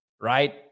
right